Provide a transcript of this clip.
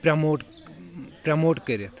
promote promote کٔرِتھ